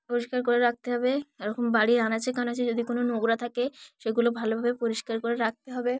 পরিষ্কার করে রাখতে হবে এরকম বাড়ি আনাচে কানাচে যদি কোনো নোংরা থাকে সেগুলো ভালোভাবে পরিষ্কার করে রাখতে হবে